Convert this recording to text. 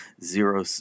zero